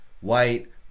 white